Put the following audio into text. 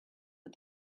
but